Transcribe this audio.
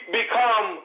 become